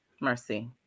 Mercy